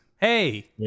hey